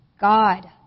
God